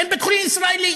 אין בית חולים ישראלי,